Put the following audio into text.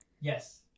yes